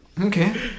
Okay